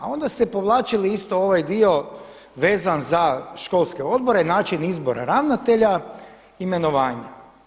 Onda ste povlačili isto ovaj dio vezan za školske odbore, način izbora ravnatelja imenovanja.